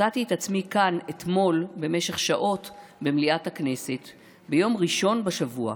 מצאתי את עצמי כאן אתמול במשך שעות במליאת הכנסת ביום ראשון בשבוע,